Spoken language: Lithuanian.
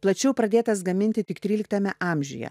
plačiau pradėtas gaminti tik tryliktame amžiuje